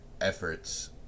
efforts